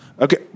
Okay